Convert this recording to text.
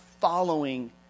following